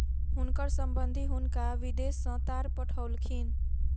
हुनकर संबंधि हुनका विदेश सॅ तार पठौलखिन